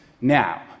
Now